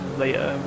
later